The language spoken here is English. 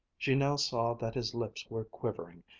she now saw that his lips were quivering,